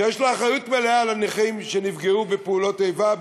שיש לה אחריות מלאה לנכים שנפגעו בפעולות איבה,